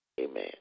Amen